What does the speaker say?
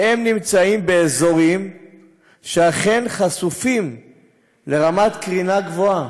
והם נמצאים באזורים שאכן חשופים לרמת קרינה גבוהה.